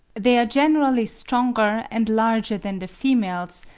they are generally stronger and larger than the females,